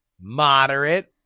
moderate